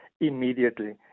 immediately